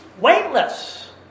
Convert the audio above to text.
weightless